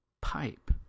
pipe